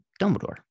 Dumbledore